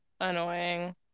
annoying